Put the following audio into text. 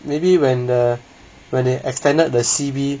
maybe when the when they extended the C_B